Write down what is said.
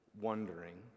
wondering